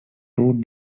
two